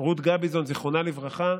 רות גביזון, זיכרונה לברכה,